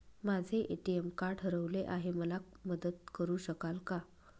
माझे ATM card हरवले आहे, मला मदत करु शकाल का?